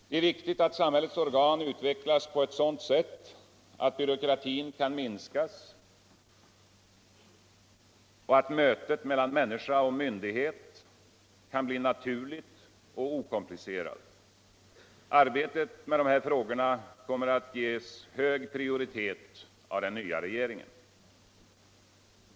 Det är viktigt att samhiällets organ utvecklas på c sådant sätt att byråkratin kan minskas och att mötet mellan människa och myndighet kan bli naturligt och okomplicerat. Arbetet med dessa frågor kommer att ges hög prioritet av den nya regeringen.